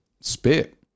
spit